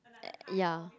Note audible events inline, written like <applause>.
<noise> ya